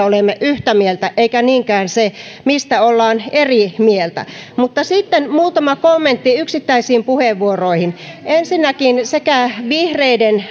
olemme yhtä mieltä eikä niinkään se mistä ollaan eri mieltä sitten muutama kommentti yksittäisiin puheenvuoroihin ensinnäkin sekä vihreiden